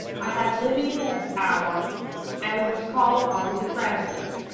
i had livy the next hour and was called on to translate.